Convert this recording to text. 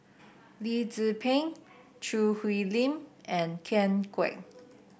Lee Tzu Pheng Choo Hwee Lim and Ken Kwek